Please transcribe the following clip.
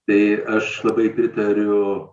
tai aš labai pritariu